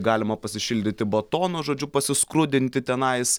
galima pasišildyti batono žodžiu pasiskrudinti tenais